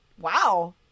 wow